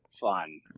fun